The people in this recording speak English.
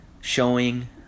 showing